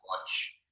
watch